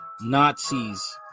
Nazis